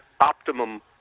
optimum